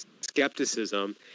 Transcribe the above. skepticism